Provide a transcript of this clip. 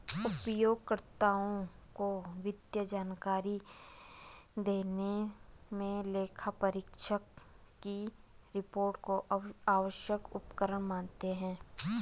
उपयोगकर्ताओं को वित्तीय जानकारी देने मे लेखापरीक्षक की रिपोर्ट को आवश्यक उपकरण मानते हैं